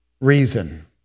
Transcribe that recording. reason